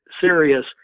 serious